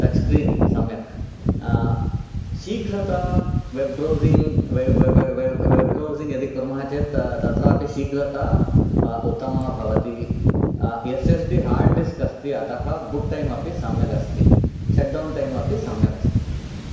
टच् screen सम्यक् शीघ्रता web browsing web web web browsing यदि कुर्मः चेत् तत्रापि शीघ्रता उत्तमा भवति S S D hard disk अस्ति अतः बूट्टैम् अपि सम्यक् अस्ति षड्डौन् टैम् अपि सम्यक् अस्ति